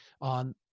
on